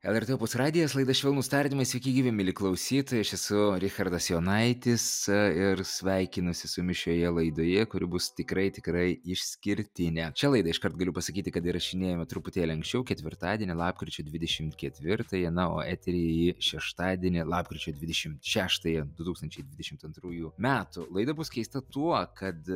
lrt opus radijas laida švelnūs tardymai sveiki gyvi mieli klausytojai aš esu richardas jonaitis ir sveikinuosi su jumis šioje laidoje kuri bus tikrai tikrai išskirtinė šią laidą iškart galiu pasakyti kad įrašinėjame truputėlį anksčiau ketvirtadienį lapkričio dvidešimt ketvirtąją na o eteryje ji šeštadienį lapkričio dvidešimt šeštąją du tūkstančiai dvidešimt antrųjų metų laida bus keista tuo kad